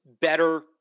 better